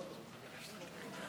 חבר הכנסת פוגל,